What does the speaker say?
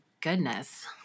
goodness